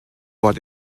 what